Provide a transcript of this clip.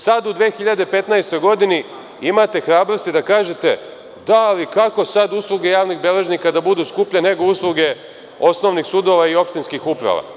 Sada u 2015. godini imate hrabrosti da kažete – da, ali kako sada usluge javnih beležnika da budu skuplje nego usluge osnovnih sudova i opštinskih uprava?